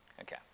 Okay